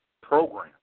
program